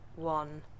One